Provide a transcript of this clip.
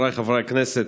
חבריי חברי הכנסת,